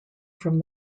from